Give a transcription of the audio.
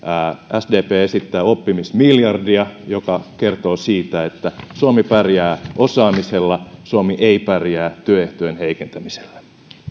sdp esittää oppimismiljardia joka kertoo siitä että suomi pärjää osaamisella suomi ei pärjää työehtojen heikentämisellä